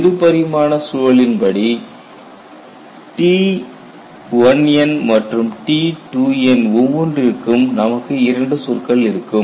இருபரிமாண சூழலின் படி T1n மற்றும் T2n ஒவ்வொன்றிற்கும் நமக்கு 2 சொற்கள் இருக்கும்